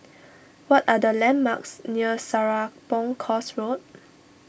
what are the landmarks near Serapong Course Road